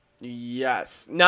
Yes